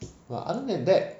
but other than that